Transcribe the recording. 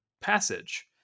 passage